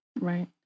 Right